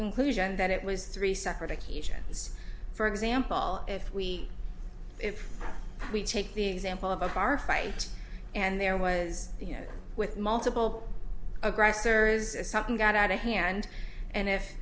conclusion that it was three separate occasions for example if we if we take the example of a bar fight and there was you know with multiple aggressors something got out of hand and if